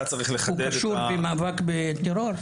הוא קשור במאבק בטרור?